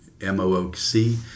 M-O-O-C